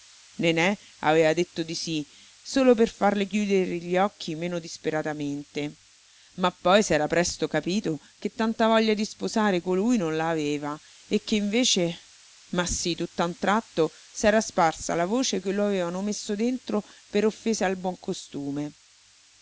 nené aveva detto di sì solo per farle chiudere gli occhi meno disperatamente ma poi s'era presto capito che tanta voglia di sposare colui non la aveva e che invece ma sì tutt'a un tratto s'era sparsa la voce che lo avevano messo dentro per offese al buon costume